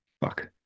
Fuck